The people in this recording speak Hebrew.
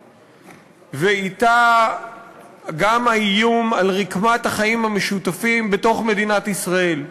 ואתה גם האיום על רקמת החיים המשותפים בתוך מדינת ישראל.